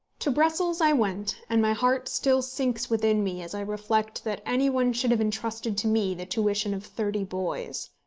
to brussels i went, and my heart still sinks within me as i reflect that any one should have intrusted to me the tuition of thirty boys.